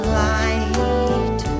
light